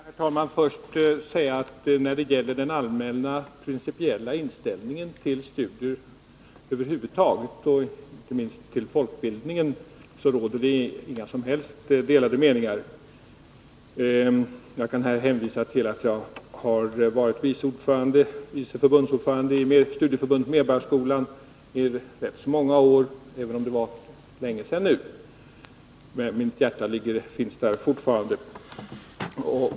Herr talman! Får jag först säga att det inte råder några som helst delade meningar när det gäller den allmänna, principiella inställningen till studier över huvud taget och inte minst till folkbildningen. Jag kan här hänvisa till att jag i ganska många år var vice förbundsordförande i Studieförbundet Medborgarskolan, även om det nu var länge sedan. Men mitt hjärta finns där fortfarande.